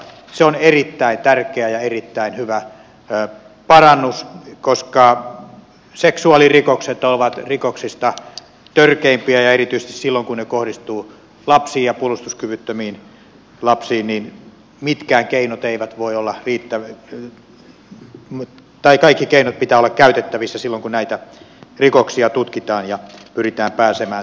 se on erittäin tärkeä ja erittäin hyvä parannus koska seksuaalirikokset ovat rikoksista törkeimpiä ja erityisesti silloin kun ne kohdistuvat lapsiin niin mitkä keinot eivät voi ja puolustuskyvyttömiin lapsiin kaikkien keinojen pitää olla käytettävissä kun näitä rikoksia tutkitaan ja pyritään pääsemään niihin kiinni